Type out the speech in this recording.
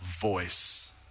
voice